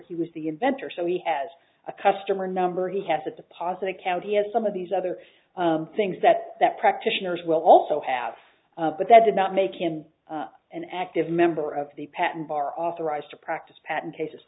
he was the inventor so he has a customer number he has a deposit account he has some of these other things that that practitioners will also have but that did not make him an active member of the patent bar authorized to practice patent cases